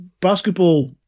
basketball